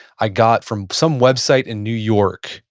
i got from some website in new york.